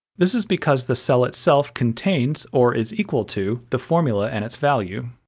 this is because the cell itself contains, or is equal to, the formula and its value.